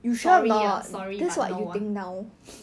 sorry ah sorry but no